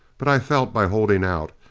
but i felt, by holding out,